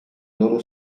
loro